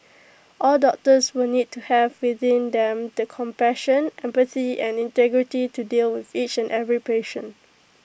all doctors will need to have within them the compassion empathy and integrity to deal with each and every patient